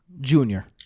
junior